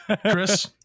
Chris